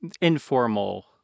informal